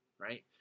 right